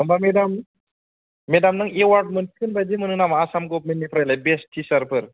होमबा मेदाम मेदाम नों एवार्द मोनसिगोन बादि मोनो नामा आसाम गभमेन्ट निफ्रायलाय बेस्ट थिसारफोर